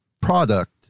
product